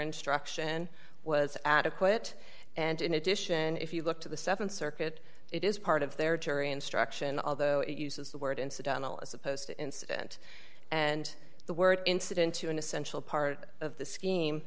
instruction was adequate and in addition if you look to the th circuit it is part of their jury instruction although it uses the word incidental as opposed to incident and the word incident to an essential part of the scheme